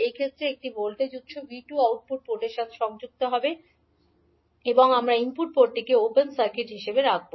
এই ক্ষেত্রে একটি ভোল্টেজ উত্স v2 আউটপুট পোর্টের সাথে সংযুক্ত হবে এবং আমরা ইনপুট পোর্টটিকে ওপেন সার্কিট হিসাবে রাখব